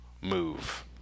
move